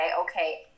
okay